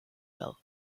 well